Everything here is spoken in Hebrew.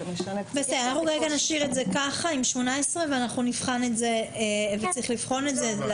אנחנו כרגע נשאיר את זה ככה עם 18. צריך לבחון את זה.